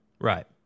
right